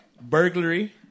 Burglary